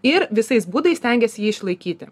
ir visais būdais stengiasi jį išlaikyti